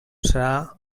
serà